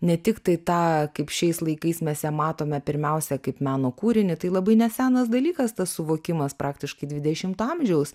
ne tiktai tą kaip šiais laikais mes ją matome pirmiausia kaip meno kūrinį tai labai nesenas dalykas tas suvokimas praktiškai dvidešimto amžiaus